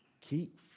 Keep